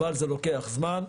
אבל זה לוקח זמן.